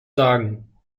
sagen